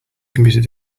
computed